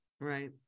right